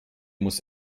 muss